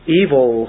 evil